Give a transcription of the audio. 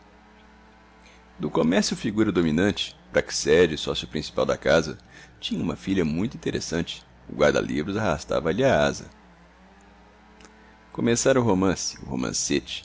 do comércio figura dominante praxedes sócio principal da casa tinha uma filha muito interessante o guarda-livros arrastava lhe a asa começara o romance o romancete